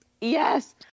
yes